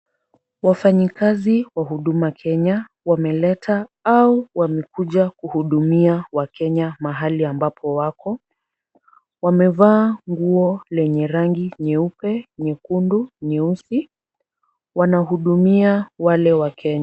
Wafanyikazi wa Huduma Kenya wameleta au wamekuja kuhudumia wakenya mahali ambapo wako. Wamevaa nguo lenye rangi nyeupe, nyekundu, nyeusi. Wanahudumia wale wakenya.